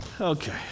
Okay